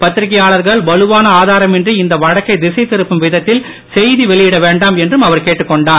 பத்திரிகையாளர்கள் வலுவான ஆதாரமின்றி இந்த வழக்கை திசை திருப்பும் விதத்தில் செய்தி வெளியிட வேண்டாம் என்றும் அவர் கேட்டுக் கொண்டார்